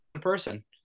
person